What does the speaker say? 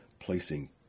placing